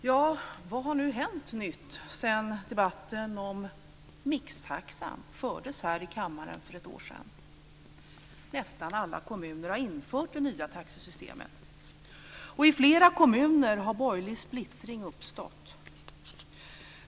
Herr talman! Vad nytt har hänt sedan debatten om mixtaxan fördes här i kammaren för ett år sedan? Nästan alla kommuner har infört det nya taxesystemet, och i flera kommuner har borgerlig splittring uppstått.